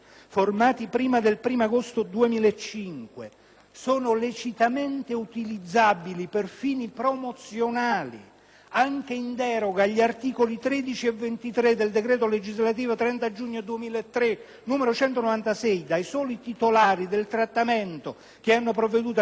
sono lecitamente utilizzabili per fini promozionali, anche in deroga agli articoli 13 e 23 del decreto legislativo 30 giugno 2003, n. 196, dai soli titolari del trattamento che hanno provveduto a costruire dette banche dati prima dell'agosto 2005